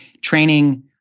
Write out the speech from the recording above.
training